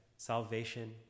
Salvation